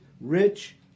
Rich